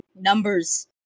numbers